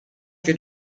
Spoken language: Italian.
che